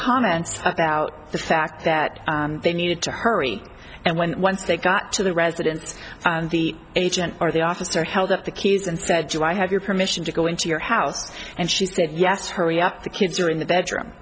comment about the fact that they needed to hurry and when once they got to the residence the agent or the officer held up the keys and said you i have your permission to go into your house and she said yes hurry up the kids are in the bedroom